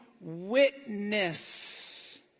witness